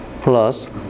plus